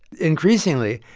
increasingly,